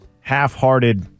half-hearted